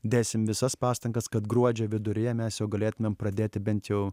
dėsim visas pastangas kad gruodžio viduryje mes jau galėtumėm pradėti bent jau